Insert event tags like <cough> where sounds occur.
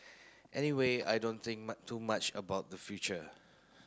anyway I don't think <unintelligible> too much about the future